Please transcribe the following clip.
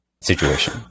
situation